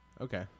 Okay